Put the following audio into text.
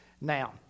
Now